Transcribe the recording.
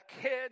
kids